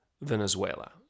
Venezuela